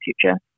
future